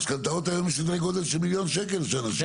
המשכנתאות היום הם בסדרי גודל של מיליון שקל שאנשים לוקחים.